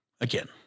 again